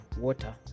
water